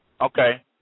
Okay